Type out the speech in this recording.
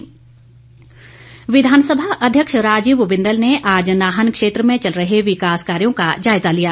बिंदल विधानसभा अध्यक्ष राजीव बिंदल ने आज नाहन क्षेत्र में चल रहे विकास कार्यो का जायज़ा लिया